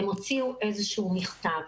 הם הוציאו איזה שהוא מכתב,